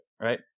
Right